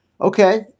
Okay